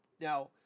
Now